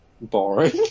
boring